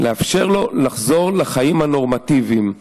לאפשר לו לחזור לחיים הנורמטיביים.